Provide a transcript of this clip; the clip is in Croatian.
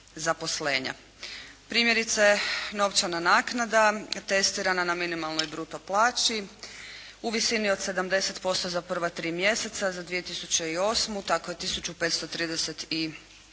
Primjerice, novčana naknada testirana na minimalnoj bruto plaći u visini od 70% za prva 3 mjeseca za 2008. Tako je tisuću 539